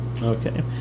Okay